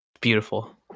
Beautiful